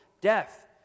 death